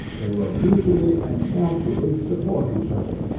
they will mutually and naturally support each other,